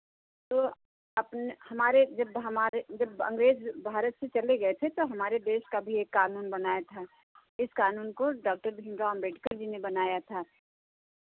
तो अपने हमारे जब हमारे जब अंग्रेज भारत से चले गए थे तो हमारे देश का भी एक कानून बनाया था इस कानून को डॉक्टर भीमराव अम्बेदकर जी ने बनाया था